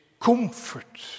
comfort